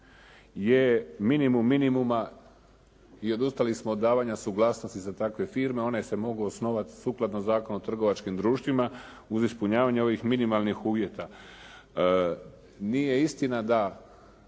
je minimum minimuma i odustali smo od davanja suglasnosti za takve firme. One se mogu osnovat sukladno zakonu o trgovačkim društvima uz ispunjavanje ovih minimalnih uvjeta. Nije istina da,